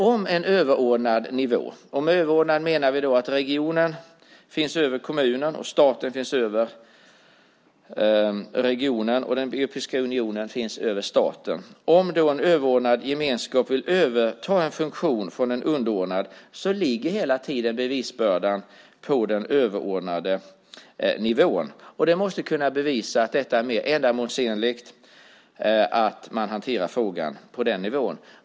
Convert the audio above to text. Om en överordnad nivå och gemenskap - och med överordnad menar vi att regionen finns över kommunen, staten finns över regionen och den europeiska unionen finns över staten - vill överta en funktion från en underordnad ligger hela tiden bevisbördan på den överordnade nivån. Den måste kunna bevisa att det är mer ändamålsenligt att man hanterar frågan på den nivån.